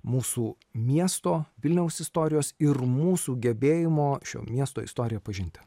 mūsų miesto vilniaus istorijos ir mūsų gebėjimo šio miesto istoriją pažinti